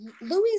Louis